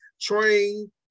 train